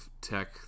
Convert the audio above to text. Tech